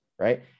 Right